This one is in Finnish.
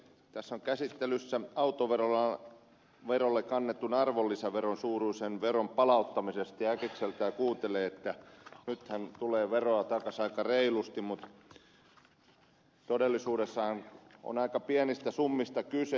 tässä on käsittelyssä autoverolle kannetun arvonlisäveron suuruisen veron palauttaminen ja äkikseltään kuuntelee että nythän tulee veroa takaisin aika reilusti mutta todellisuudessahan on aika pienistä summista kyse